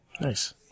Nice